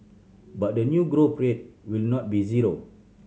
but the new growth rate will not be zero